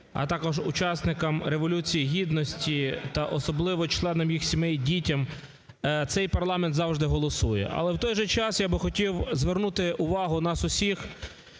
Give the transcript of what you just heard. а також учасникам Революції Гідності та особливо членам їх сімей і дітям, цей парламент завжди голосує. Але в той же час я би хотів звернути увагу нас усіх,